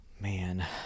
man